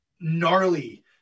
gnarly